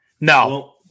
No